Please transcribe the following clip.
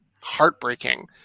heartbreaking